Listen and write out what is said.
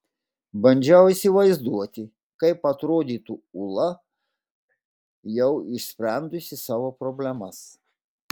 bandžiau įsivaizduoti kaip atrodytų ūla jau išsprendusi savo problemas